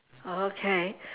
okay